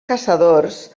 caçadors